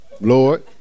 Lord